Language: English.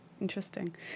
Interesting